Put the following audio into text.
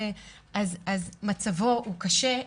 אז מצבו הוא קשה,